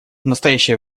настоящее